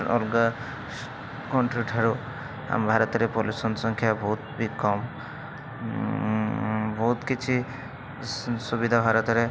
ଅଲଗା କଣ୍ଟ୍ରି ଠାରୁ ଆମ ଭାରତରେ ପଲ୍ୟୁସନ୍ ସଂଖ୍ୟା ବହୁତ ବି କମ୍ ବହୁତ କିଛି ସୁବିଧା ଭାରତରେ